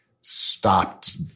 stopped